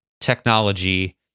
technology